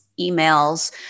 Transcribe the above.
emails